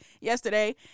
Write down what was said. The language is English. yesterday